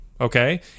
okay